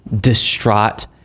distraught